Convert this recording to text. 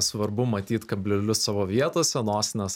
svarbu matyt kablelius savo vietose nosines